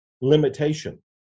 limitation